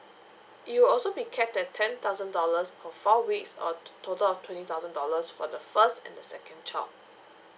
it will also be capped at ten thousand dollars per four weeks or a total of twenty thousand dollars for the first and the second child